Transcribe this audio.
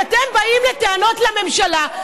אתם באים בטענות לממשלה.